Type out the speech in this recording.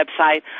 website